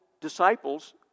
disciples